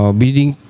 building